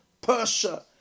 Persia